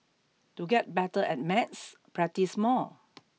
to get better at maths practise more